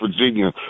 Virginia